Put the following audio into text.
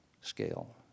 scale